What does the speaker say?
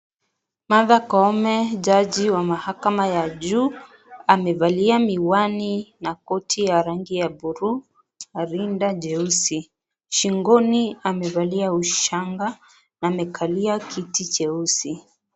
Martha koome Jai mkuu wa mahakama ya juu. Amevalia miwani na koti ya rangi ya bluu, na Runda jeusi. Shingoni amevalia ushanga na amekalia kiti cheusi.